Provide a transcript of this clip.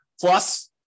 Plus